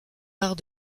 arts